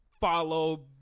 follow